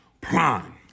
Prime